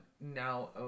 now